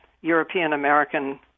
European-American